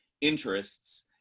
interests